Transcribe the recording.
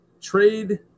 trade